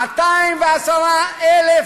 210,000